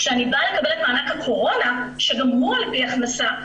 כשאני באה לקבל את מענק הקורונה שגם על פי הכנסה,